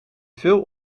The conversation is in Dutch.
veel